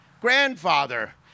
grandfather